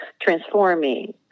transforming